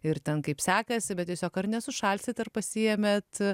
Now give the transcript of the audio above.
ir ten kaip sekasi bet tiesiog ar nesušalsit ar pasiėmėt